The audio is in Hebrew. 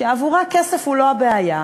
שעבורה כסף הוא לא הבעיה,